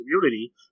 community